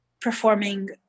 performing